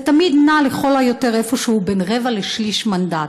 זה תמיד נע לכל היותר איפשהו בין רבע לשליש מנדט,